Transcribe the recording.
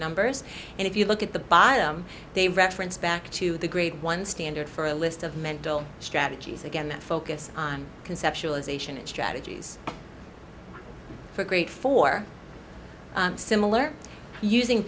numbers and if you look at the bottom they reference back to the grade one standard for a list of mental strategies again focus on conceptualization and strategies for great for similar using